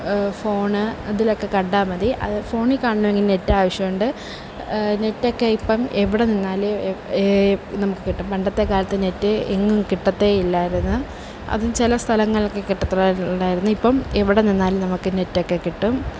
phone അതിലൊക്കെ കണ്ടാൽ മതി ഫോണിൽ കാണണമെങ്കിൽ നെറ്റ് ആവശ്യമുണ്ട് നെറ്റൊക്കെ ഇപ്പം എവിടെ നിന്നാലും നമുക്ക് കിട്ടും പണ്ടത്തെ കാലത്തെ നെറ്റ് എങ്ങും കിട്ടത്തെ ഇല്ലായിരുന്നു അത് ചില സ്ഥലങ്ങളിലൊക്കെ കിട്ടത്തുള്ളൂ ആയിരുന്നു ഇപ്പം നമുക്ക് എവിടെ നിന്നാലും നെറ്റൊക്കെ കിട്ടും